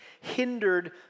hindered